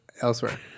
elsewhere